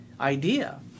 idea